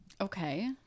okay